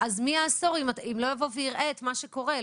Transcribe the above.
מי יאסור אם לא יבואו ויראו את מה שקורה?